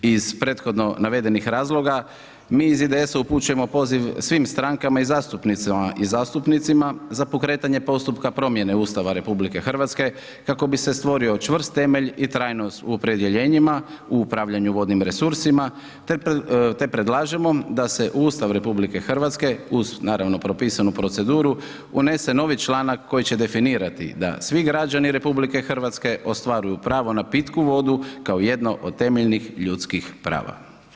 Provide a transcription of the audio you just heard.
Iz prethodno navedenih razloga, mi iz IDS-a upućujemo poziv svim strankama i zastupnicama i zastupnicima za pokretanje postupka promjene Ustava RH kako bi se stvorio čvrst temelj i trajnost u opredjeljenjima u upravljanju vodnim resursima te predlažemo da se u Ustav RH, uz naravno propisanu proceduru, unese novi članak koji će definirati da svi građani RH ostvaruju pravo na pitku vodu kao jedno od temeljnih ljudskih prava.